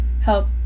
help